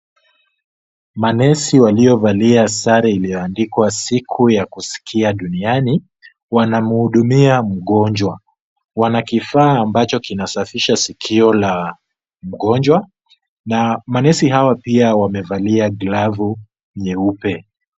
Manesi waliovalia masare yaliyoandikwa siku ya kusikia duniani, wanamhudumia mgonjwa. Wana kifaa ambacho kinasafisha sikio la mgonjwa na manesi hawa pia wamevalia glavu nyeupe.